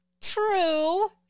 True